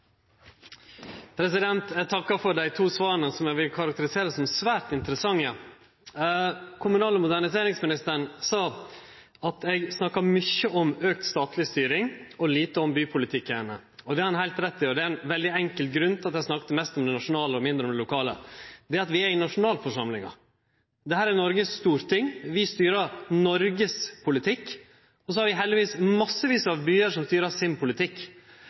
Eg takkar for dei to svara, som eg vil karakterisere som svært interessante. Kommunal- og moderniseringsministeren sa at eg snakka mykje om auka statleg styring og lite om bypolitikarane. Det har han heilt rett i, og det er ein veldig enkel grunn til at eg snakka mest om det nasjonale og mindre om det lokale: Vi er i nasjonalforsamlinga. Dette er Noregs storting. Vi styrer Noregs politikk, og så har vi heldigvis massevis av byar som styrer sin politikk.